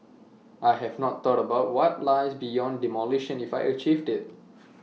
I have not thought about what lies beyond demolition if I achieve IT